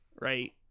right